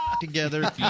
together